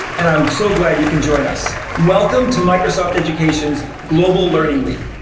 and i'm so glad you can join us. welcome to microsoft education's global learning week.